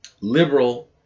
liberal